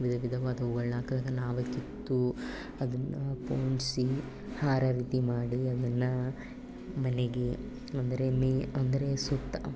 ವಿಧ ವಿಧವಾದ ಹೂವುಗಳ್ನ ಹಾಕ್ದಾಗ ನಾವೇ ಕಿತ್ತು ಅದನ್ನು ಪೋಣಿಸಿ ಹಾರ ರೀತಿ ಮಾಡಿ ಅದನ್ನು ಮನೆಗೆ ಅಂದರೆ ಮೇ ಅಂದರೆ ಸುತ್ತ